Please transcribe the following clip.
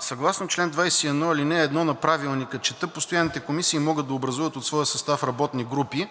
Съгласно чл. 21, ал. 1 на Правилника, чета: „Постоянните комисии могат да образуват от своя състав работни групи.“